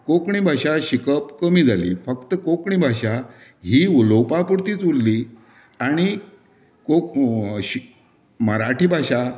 कोंकणी भाशा शिकप कमी जाली फकत कोंकणी भाशा ही उलोवपा पुरतीच उरली आनी कोंक शि मराठी भाशा